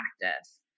practice